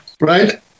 Right